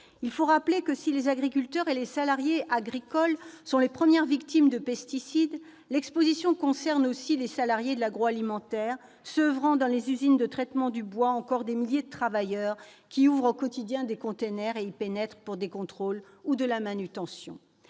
Il faut le rappeler, si les agriculteurs et les salariés agricoles sont les premières victimes de pesticides, l'exposition concerne aussi les salariés de l'agroalimentaire, ceux qui oeuvrent dans les usines de traitement du bois ou encore des milliers de travailleurs qui ouvrent au quotidien des conteneurs et y pénètrent pour des contrôles ou de la manutention.